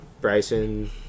Bryson